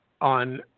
on